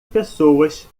pessoas